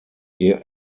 ihr